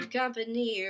company